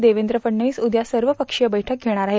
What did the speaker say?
देवेंद्र फडणवीस उद्या सर्वफ्षीय बैठक घेणार आहेत